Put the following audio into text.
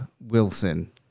Wilson